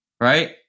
right